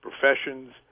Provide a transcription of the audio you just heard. professions